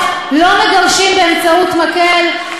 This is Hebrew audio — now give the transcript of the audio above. יהודי חכם אמר פעם שחושך לא מגרשים באמצעות מקל,